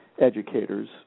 educators